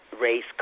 race